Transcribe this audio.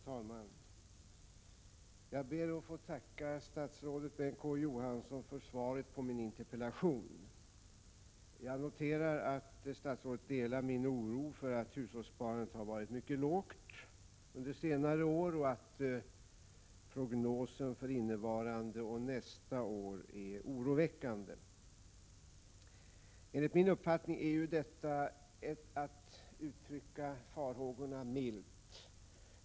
Herr talman! Jag ber att få tacka statsrådet Bengt K Å Johansson för svaret på min interpellation. Jag noterar att statsrådet delar min oro med anledning av att hushållssparandet har varit mycket lågt under senare år och att prognosen för innevarande och nästa år är oroväckande. Enligt min uppfattning är detta att uttrycka farhågorna milt.